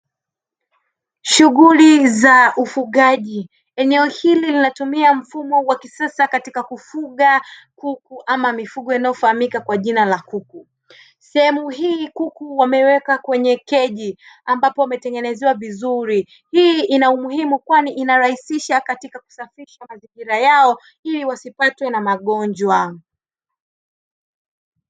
Shughuli za ufugaji eneo hili linatumia mfumo wa kisasa katika kufuga kuku, ama mifugo inayofahamika kwa jina la kuku, sehemu hii kuku wamewekwa kwenye keji ambapo wametengenezewa vizuri, hii ina umuhimu kwani inarahisisha katika kusafisha mazingira yao ili wasipatwe na magonjwa.